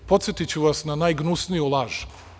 Podsetiću vas na najgnusniju laž.